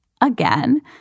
again